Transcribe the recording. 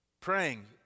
Praying